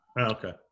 Okay